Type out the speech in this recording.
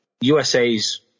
USA's